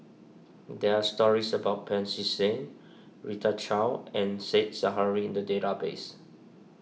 there are stories about Pancy Seng Rita Chao and Said Zahari in the database